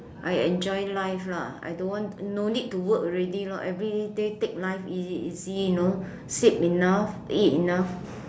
I enjoy life ah I don't want no need to work already lor everyday take life easy easy you know sleep enough eat enough